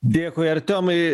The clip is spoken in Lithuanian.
dėkui artiomai